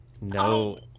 No